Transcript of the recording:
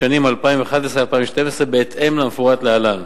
בשנים 2011 2012, בהתאם למפורט להלן: